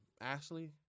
Ashley